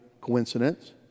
coincidence